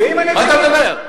מה אתה מדבר.